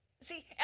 See